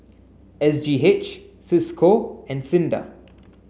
S G H Cisco and SINDA